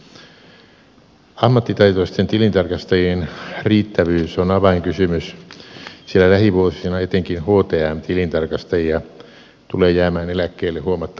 ammattitaitoisten tilintarkastajien riittävyys on avainkysymys sillä lähivuosina etenkin htm tilintarkastajia tulee jäämään eläkkeelle huomattava määrä